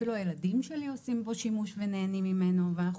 אפילו הילדים שלי עושים בו שימוש ונהנים ממנו ואנחנו